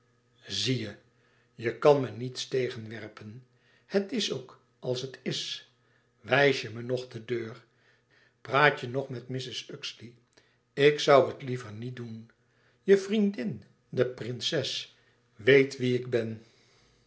zie je je kan me niets tegenwerpen het is ook als het is wijs je me nog de deur praat je nog met mrs uxeley ik zoû het liever niet doen je vriendin de prinses weet wie ik ben